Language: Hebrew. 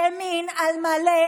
ימין על מלא,